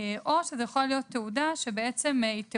או שזאת יכולה להיות תעודה מחוץ לארץ,